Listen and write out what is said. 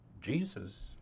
Jesus